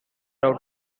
out